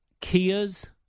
Kias